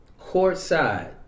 courtside